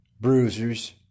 bruisers